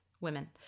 women